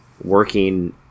working